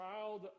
child